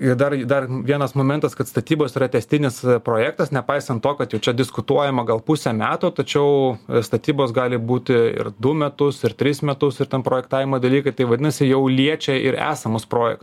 ir dar dar vienas momentas kad statybos yra tęstinis projektas nepaisant to kad jau čia diskutuojama gal pusę metų tačiau statybos gali būti ir du metus ir tris metus ir ten projektavimo dalykai tai vadinasi jau liečia ir esamus projektus